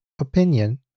opinion